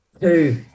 two